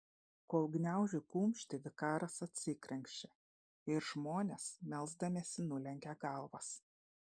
kol gniaužiu kumštį vikaras atsikrenkščia ir žmonės melsdamiesi nulenkia galvas